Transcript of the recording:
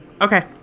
Okay